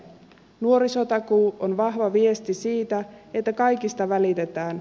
nuorisotakuu on vahva viesti siitä että kaikista välitetään